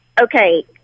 Okay